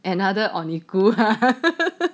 another on eco